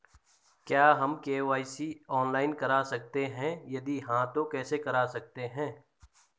क्या हम KYC online करा सकते हैं यदि हाँ तो कैसे करा सकते हैं?